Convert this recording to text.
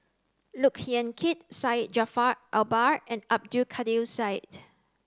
Look Yan Kit Syed Jaafar Albar and Abdul Kadir Syed